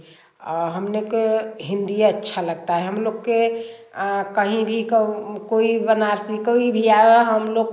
हमने के हिंदी अच्छा लगता है हम लोग के कहीं भी कोई बनारसी कोई भी आया हम लोग